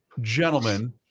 gentlemen